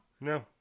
No